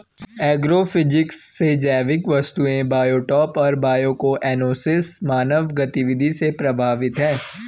agrophysics से जैविक वस्तुएं बायोटॉप और बायोकोएनोसिस मानव गतिविधि से प्रभावित हैं